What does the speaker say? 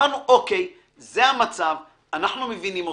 אמרנו, אוקיי, זה המצב, אנחנו מבינים אותו,